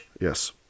Yes